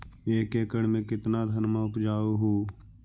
एक एकड़ मे कितना धनमा उपजा हू?